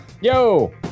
yo